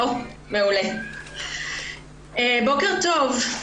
בוקר טוב.